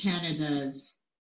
Canada's